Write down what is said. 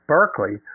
Berkeley